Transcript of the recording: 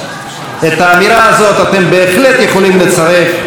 את האמירה הזאת אתם בהחלט יכולים לצרף לרשימה